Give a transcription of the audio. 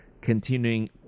continuing